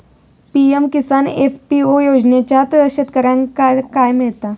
PM Kisan FPO योजनाच्यात शेतकऱ्यांका काय मिळता?